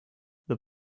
the